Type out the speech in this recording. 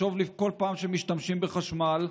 לחשוב בכל פעם שמשתמשים בחשמל,